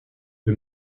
wir